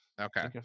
Okay